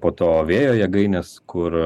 po to vėjo jėgainės kur